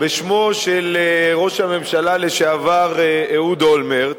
בשמו של ראש הממשלה לשעבר אהוד אולמרט,